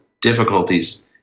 difficulties